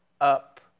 up